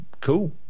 Cool